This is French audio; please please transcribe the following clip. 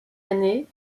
année